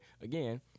again